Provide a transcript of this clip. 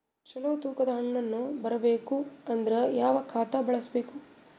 ಚಲೋ ತೂಕ ದ ಹಣ್ಣನ್ನು ಬರಬೇಕು ಅಂದರ ಯಾವ ಖಾತಾ ಬಳಸಬೇಕು?